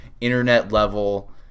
internet-level